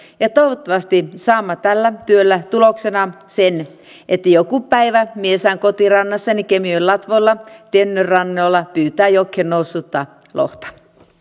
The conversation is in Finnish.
ja toivottavasti saamme tällä työllä tuloksena sen että joku päivä minä saan kotirannassani kemijoen latvoilla tenniön rannoilla pyytää jokeen noussutta lohta